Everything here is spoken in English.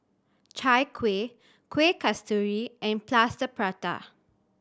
Chai Kuih Kueh Kasturi and Plaster Prata